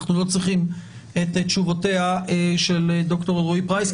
אנחנו לא צריכים את תשובותיה של ד"ר אלרעי-פרייס,